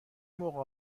موقع